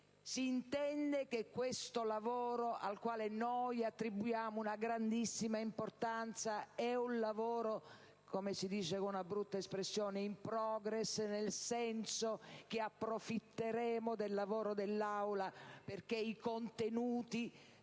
Si intende dunque che questo lavoro, cui noi attribuiamo una grandissima importanza, è un lavoro - come si dice con una brutta espressione - *in progress*, nel senso che approfitteremo del lavoro dell'Assemblea affinché